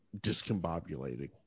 discombobulating